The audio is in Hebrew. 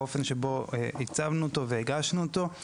האופן שבו הצבנו אותו והגשנו אותו,